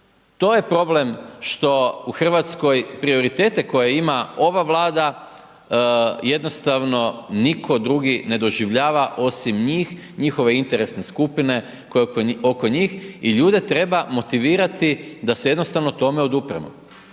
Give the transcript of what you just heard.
To je problem što u Hrvatskoj, prioritete koje ima ova vlada, jednostavno nitko drugi ne doživljava osim njih, njihove interesne skupine, koji oko njih i ljude treba motivirati da se jednostavno tome odupremo.